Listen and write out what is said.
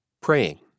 Praying